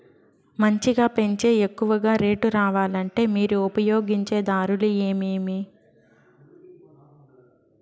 మంచిగా పెంచే ఎక్కువగా రేటు రావాలంటే మీరు ఉపయోగించే దారులు ఎమిమీ?